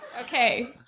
okay